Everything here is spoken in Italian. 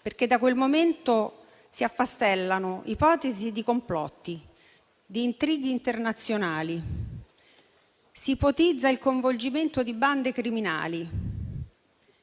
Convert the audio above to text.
perché da quel momento si affastellano ipotesi di complotti, di intrighi internazionali; si ipotizza il coinvolgimento di bande criminali;